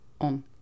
on